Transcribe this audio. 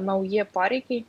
nauji poreikiai